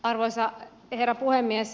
arvoisa herra puhemies